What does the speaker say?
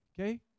Okay